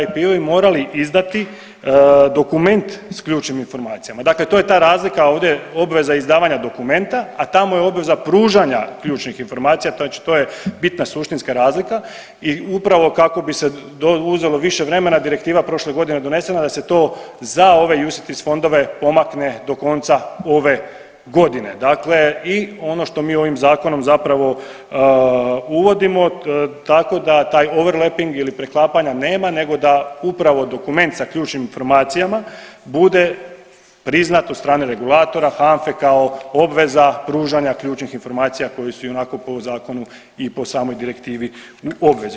IP-ovi morali izdati dokument s ključnim informacijama, dakle to je ta razlika ovdje obveza izdavanja dokumenta, a tamo je obveza pružanja ključnih informacija, znači to je bitna suštinska razlika i upravo kako bi se uzelo više vremena direktiva prošle godine je donesena da se to za ove UCITS fondove pomakne do konca ove godine, dakle i ono što mi ovim zakonom zapravo uvodimo tako da taj overlapping ili preklapanja nema nego da upravo dokument sa ključnim informacijama bude priznat od strane regulatora HANFA-e kao obveza pružanja ključnih informacija koje su ionako po zakonu i po samoj direktivi u obvezi.